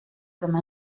comme